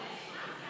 46, מתנגד אחד,